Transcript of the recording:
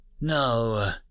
No